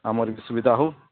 ଆମର ବି ସୁବିଧା ହଉ